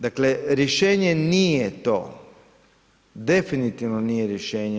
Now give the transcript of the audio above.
Dakle, rješenje nije to, definitivno nije rješenje.